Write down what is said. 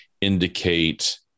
indicate